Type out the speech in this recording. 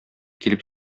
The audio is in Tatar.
килеп